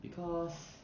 because